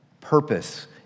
purpose